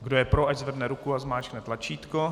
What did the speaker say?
Kdo je pro, ať zvedne ruku a zmáčkne tlačítko.